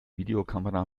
videokamera